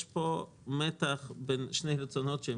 יש פה מתח בין שני רצונות סותרים.